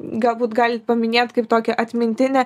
galbūt galit paminėt kaip tokią atmintinę